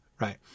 right